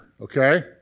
okay